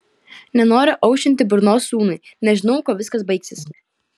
nenoriu aušinti burnos sūnui nes žinau kuo viskas baigsis